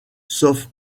sauf